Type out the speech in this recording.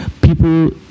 people